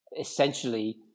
essentially